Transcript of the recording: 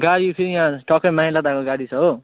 गाडी फेरि यहाँ टकै माइला दादाको गाडी छ हो